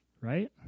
right